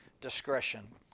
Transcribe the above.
discretion